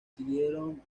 siguieron